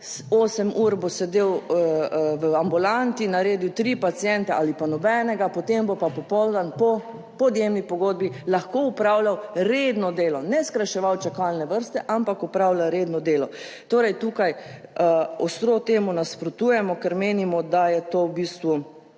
8 ur bo sedel v ambulanti, naredil tri paciente ali pa nobenega, potem bo pa popoldan po podjemni pogodbi lahko opravljal redno delo. Ne skrajševal čakalne vrste, ampak opravlja redno delo. Torej, tukaj ostro temu nasprotujemo, ker menimo, da je to v bistvu